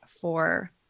for-